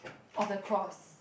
of a cross